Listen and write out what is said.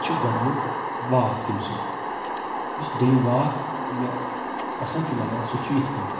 یہِ چھُ گۄڈنیُٚک واکھ تٔمۍ سُنٛد یُس دوٚیُم واکھ مےٚ پَسنٛد چھُ لگان سُہ چھُ یِتھ کٲٹھۍ